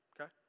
okay